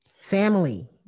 family